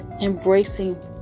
Embracing